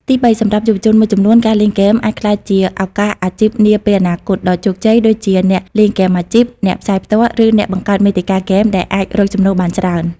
ទីបី សម្រាប់យុវជនមួយចំនួន ការលេងហ្គេមអាចក្លាយជា ឱកាសអាជីពនាពេលអនាគត ដ៏ជោគជ័យ ដូចជាអ្នកលេងហ្គេមអាជីព អ្នកផ្សាយផ្ទាល់ ឬអ្នកបង្កើតមាតិកាហ្គេម ដែលអាចរកចំណូលបានច្រើន។